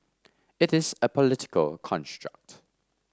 it is a political construct